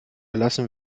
erlassen